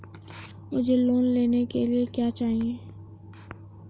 मुझे लोन लेने के लिए क्या चाहिए?